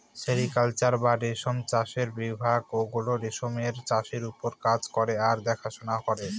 sericulture বা রেশম চাষের বিভাগ গুলো রেশমের চাষের ওপর কাজ করে আর দেখাশোনা করে